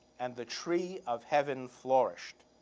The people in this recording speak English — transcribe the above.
and the tree of heaven flourished.